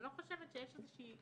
אני לא חושבת שיש איזו שהיא